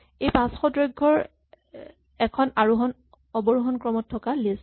এইখন ৫০০ দৈৰ্ঘ্যৰ এখন অৱৰোহন ক্ৰমত থকা লিষ্ট